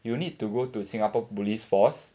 you need to go to singapore police force